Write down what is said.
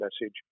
message